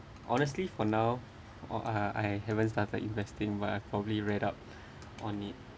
honestly for now or I I haven't started investing but I probably read up on it